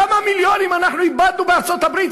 כמה מיליונים איבדנו בארצות-הברית?